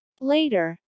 Later